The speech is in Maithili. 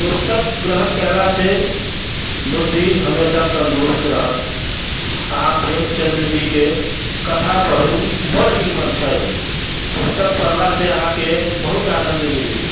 पुस्तक ग्रहण कयला से बुद्धि हमेशा तंदुरस्त रहत अहाँ प्रेमचंद्र जी के कथा पढू बर नीमन छै पुस्तक पढ़ला से अहाँ के बहुत आनंद मिली